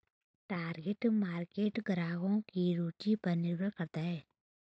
target market ग्राहकों की रूचि पर निर्भर करता है